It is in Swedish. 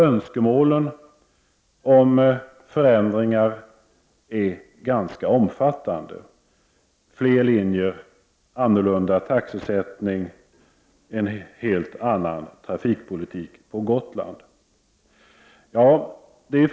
Önskemålen om förändringar är ganska omfattande, nämligen fler linjer, annorlunda taxesättning och en helt annan trafikpolitik för Gotland.